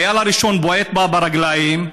החייל הראשון בועט בה ברגליים,